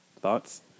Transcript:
Thoughts